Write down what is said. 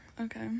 Okay